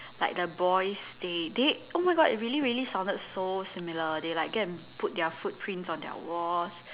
like the boys they they oh my god it really sounded so similar they like go and put their foot prints on their walls